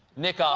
nick ah